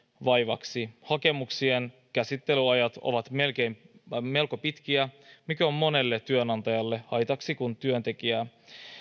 vaivaksi hakemuksien käsittelyajat ovat melko pitkiä mikä on monelle työnantajalle haitaksi kun työntekijää